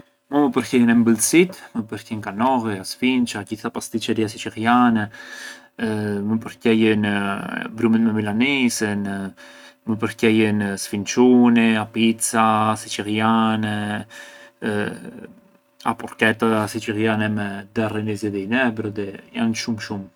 Mua më përqejën embëlsirët, më përqejën kanolli, a sfinça, gjithë a pastiçeria siçilljane, më përqejën brumit me milanisën, më përqejën sfinçuni, a pizza siçilljane, a porchetta siçilljane me derrin i zi di i Nebrodi, janë shumë shumë.